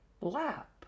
lap